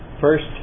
first